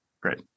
Great